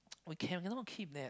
we cannot cannot keep that